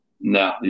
No